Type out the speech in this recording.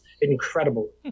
Incredible